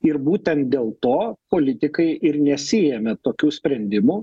ir būtent dėl to politikai ir nesiėmė tokių sprendimų